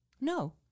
No